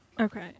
Okay